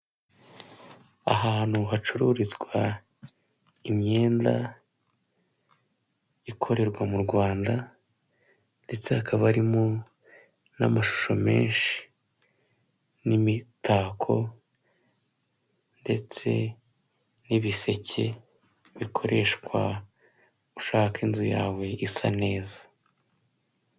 Ahantu hacururizwa imyenda ikorerwa mu Rwanda ndetse hakaba harimo n'amashusho menshi n'imitako ndetse n'ibiseke bikoreshwa ushaka inzu yawe isa neza.